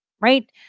right